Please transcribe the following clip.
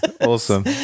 Awesome